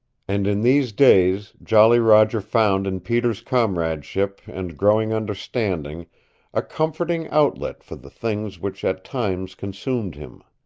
and in these days jolly roger found in peter's comradeship and growing understanding a comforting outlet for the things which at times consumed him.